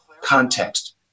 context